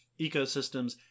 ecosystems